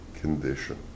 condition